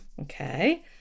Okay